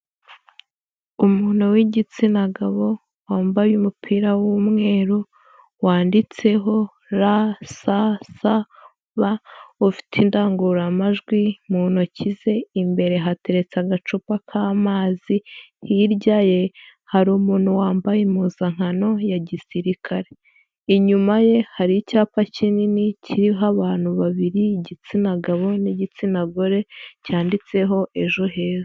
Umuntu w'igitsina gabo wambaye umupira w'umweru wanditseho RSSB, ufite indangururamajwi mu ntoki ze, imbere hateretse agacupa k'amazi, hirya ye hari umuntu wambaye impuzankano ya gisirikare, inyuma ye hari icyapa kinini kiriho abantu babiri, igitsina gabo n'igitsina gore, cyanditseho ejo heza.